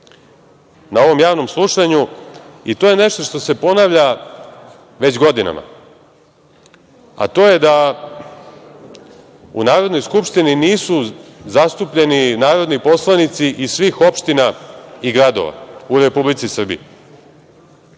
na ovom javnom slušanju, i to je nešto što se ponavlja već godinama, a to je da u Narodnoj skupštini nisu zastupljeni narodni poslanici iz svih opština i gradova u Republici Srbiji.